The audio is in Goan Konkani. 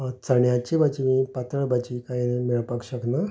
चण्याची भाजी न्ही पातळ भाजी कांय मेळपाक शकना